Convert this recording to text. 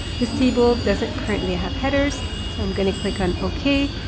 this table doesn't currently have headers, so i'm going to click on okay.